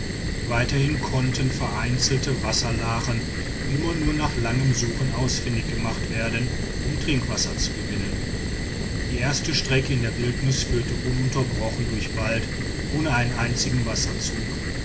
weiterhin konnten vereinzelte wasserlachen immer nur nach langem suchen ausfindig gemacht werden um trinkwasser zu gewinnen die erste strecke in der wildnis führte ununterbrochen durch wald ohne einen einzigen wasserzug